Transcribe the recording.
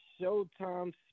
Showtime